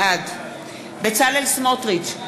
בעד בצלאל סמוטריץ,